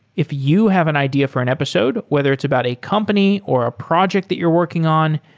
if you have an idea for an episode, whether it's about a company or ah project that you're working on,